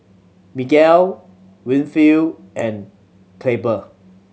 Miguel Winfield and Clabe